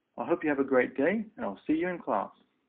i hope you have a great day and i will see you in class.